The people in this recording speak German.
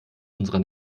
unserer